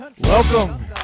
welcome